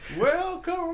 Welcome